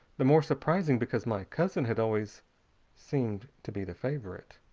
the more surprising because my cousin had always seemed to be the favorite.